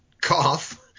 cough